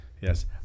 Yes